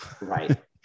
right